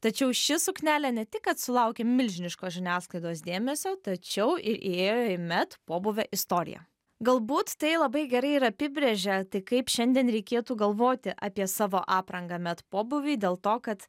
tačiau ši suknelė ne tik kad sulaukė milžiniško žiniasklaidos dėmesio tačiau ir ėjo į met pobūvio istoriją galbūt tai labai gerai ir apibrėžė tai kaip šiandien reikėtų galvoti apie savo aprangą met pobūviui dėl to kad